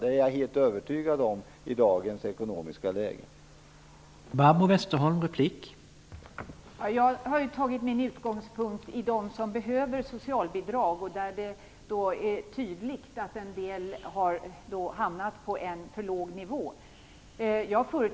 Det är jag i dagens ekonomiska läge helt övertygad om.